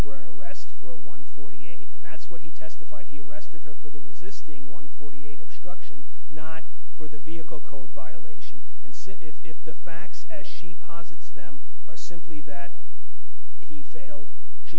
an arrest for a one forty eight and that's what he testified he arrested her for the resisting one forty eight obstruction not for the vehicle code violation and see if the facts as she posits them are simply that he failed she